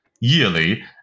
yearly